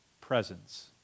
presence